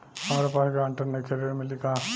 हमरा पास ग्रांटर नईखे ऋण मिली का?